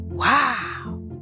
Wow